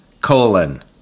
colon